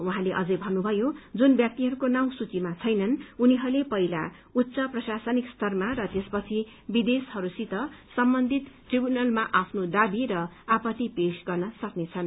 उहाँले अझै भन्नुभयो जुन व्यक्तिहरूको नाउँ सूचिमा छैनन् उनीहरूले पहिला उच्च प्रशासनिक स्तरमा र त्यसपछि विदेशहस्सित सम्बन्धित ट्राइवूनलमा आफ्नो दावी र आपत्ति पेश गर्न सक्नेछन्